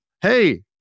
Hey